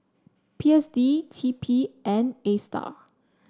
P S D T P and Astar